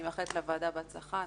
אני מאחלת לוועדה בהצלחה,